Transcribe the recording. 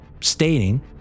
stating